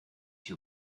you